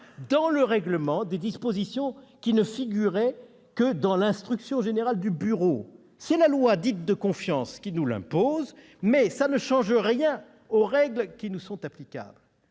dans notre règlement des dispositions qui ne figuraient que dans l'instruction générale du bureau. C'est la loi pour la confiance dans la vie politique qui nous l'impose. Cela ne changera rien aux règles qui nous sont applicables.